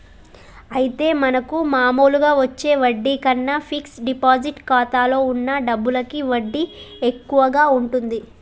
అయితే మనకు మామూలుగా వచ్చే వడ్డీ కన్నా ఫిక్స్ డిపాజిట్ ఖాతాలో ఉన్న డబ్బులకి వడ్డీ ఎక్కువగా ఉంటుంది